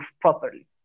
properly